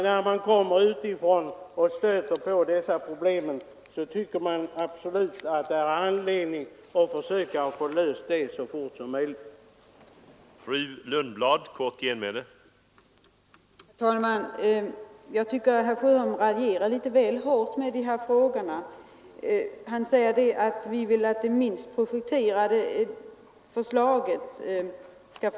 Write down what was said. När man kommer utifrån och möter dessa problem, tycker man att det finns anledning att så fort som möjligt få dem lösta.